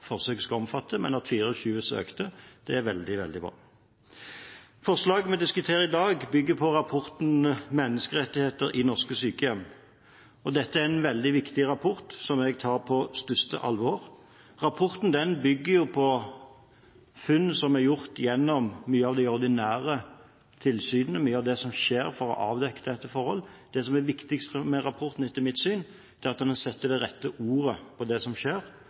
skal omfatte, men at 24 søkte, er veldig bra. Forslaget vi diskuterer i dag, bygger på rapporten Menneskerettigheter i norske sykehjem. Dette er en veldig viktig rapport som jeg tar på største alvor. Rapporten bygger på funn som er gjort gjennom mange av de ordinære tilsynene og det som skjer for å avdekke slike forhold. Det som er viktigst med rapporten etter mitt syn, er at den setter de rette ordene på det som skjer,